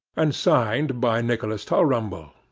and signed by nicholas tulrumble,